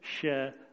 share